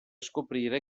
scoprire